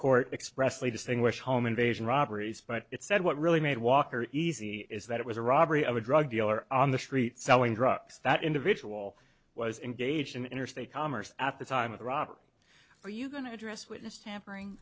court expressly distinguish home invasion robberies but it said what really made walker easy is that it was a robbery of a drug dealer on the street selling drugs that individual was engaged in interstate commerce at the time of the robbery are you going to address witness tampering